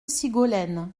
sigolène